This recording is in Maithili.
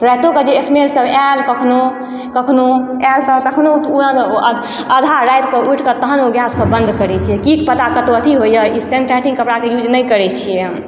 राइतो कऽ जे स्मेल सभ ऐल कखनो कखनो ऐल तऽ तखनो आधा राति कऽ उठि कऽ तहनो गैसके बन्द करै छियै की पता कतौ अथी होइये ई सिंथेटिक कपड़ाके यूज नहि करै छियै हम